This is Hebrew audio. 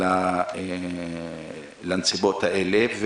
לנסיבות האלה.